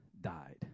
died